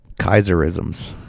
Kaiserisms